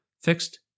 fixed